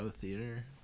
theater